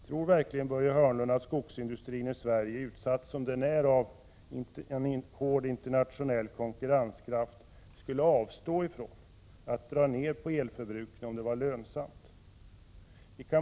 Tror verkligen Börje Hörnlund att skogsindustrin i Sverige, utsatt som den är för hård internationell konkurrens, skulle avstå från att dra ned på energiförbrukningen om det var lönsamt?